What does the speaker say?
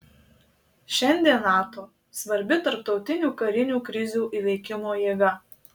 šiandien nato svarbi tarptautinių karinių krizių įveikimo jėga